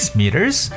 meters